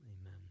amen